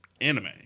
anime